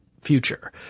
future